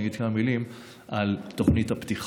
אני אגיד כמה מילים על תוכנית הפתיחה,